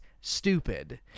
stupid